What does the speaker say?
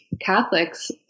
Catholics